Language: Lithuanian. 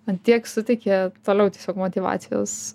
ant tiek suteikė toliau tiesiog motyvacijos